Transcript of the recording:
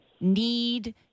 need